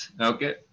Okay